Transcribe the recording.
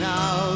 Now